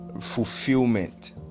fulfillment